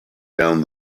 down